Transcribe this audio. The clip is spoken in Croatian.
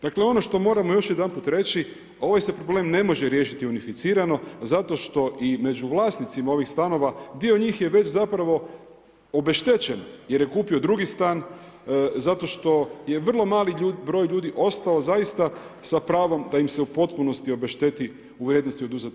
Dakle, ono što moramo još jedanput reći, ovaj se problem ne može riješiti unificirano, zato što i među vlasnicima ovih stanova, dio njih je već zapravo obeštećen jer je kupio drugi stan zato što je vrlo mali broj ljudi ostao zaista sa pravom, da im se u potpunosti obešteti u vrijednosti oduzete